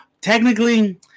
technically